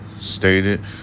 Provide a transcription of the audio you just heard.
stated